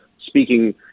speaking